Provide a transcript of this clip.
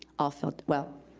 all filled, well,